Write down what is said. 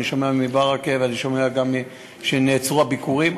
אני שומע מברכה ואני שומע גם שנעצרו הביקורים.